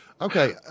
Okay